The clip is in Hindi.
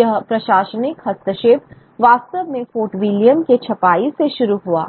यह प्रशासनिक हस्तक्षेप वास्तव में फोर्ट विलियम के छपाई से शुरू हुआ